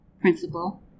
principal